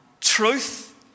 truth